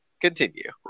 Continue